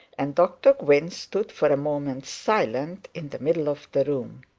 and dr gwynne stood for a moment silent in the middle of the room.